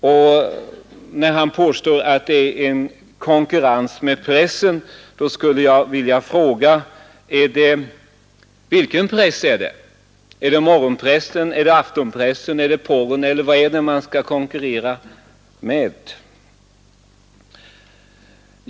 Och när Gyllensten påstår att det är konkurrens med pressen skulle jag vilja fråga: Vilken press är det? Är det morgonpressen, är det aftonpressen, är det porren eller vad är det man skall konkurrera med?